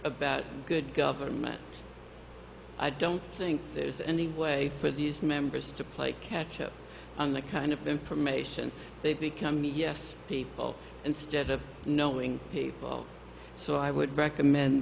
about good government i don't think there's any way for these members to play catch up on the kind of information they've become yes people instead of knowing people so i would recommend